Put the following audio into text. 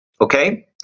Okay